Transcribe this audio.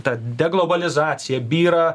ta deglobalizacija byra